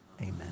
Amen